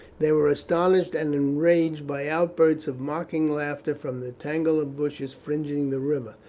they were astonished and enraged by outbursts of mocking laughter from the tangle of bushes fringing the river.